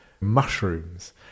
mushrooms